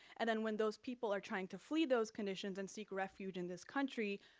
and then, when those people are trying to flee those conditions and seek refuge in this country,